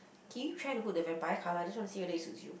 can you try to put the vampire cover I just want to see whether it suits you